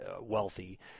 wealthy